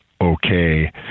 okay